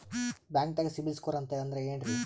ಬ್ಯಾಂಕ್ದಾಗ CIBIL score ಅಂತ ಅಂದ್ರೆ ಏನ್ರೀ?